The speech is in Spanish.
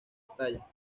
estella